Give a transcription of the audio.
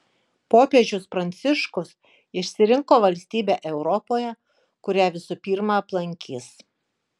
popiežius pranciškus išsirinko valstybę europoje kurią visų pirma aplankys